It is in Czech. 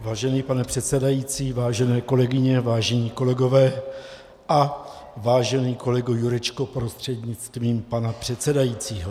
Vážený pane předsedající, vážené kolegyně, vážení kolegové a vážený kolego Jurečko prostřednictvím pana předsedajícího.